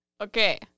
Okay